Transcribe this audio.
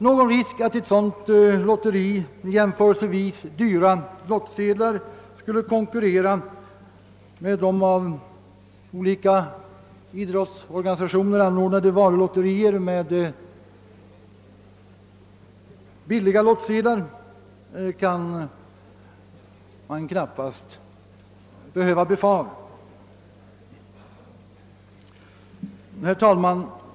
Någon risk för att ett sådant lotteri — med jämförelsevis dyra lottsedlar — skulle konkurrera med av olika idrottsorganisationer anordnade varulotterier med billiga lottsedlar kan knappast föreligga. Herr talman!